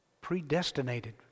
Predestinated